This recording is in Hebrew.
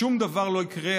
שום דבר לא יקרה,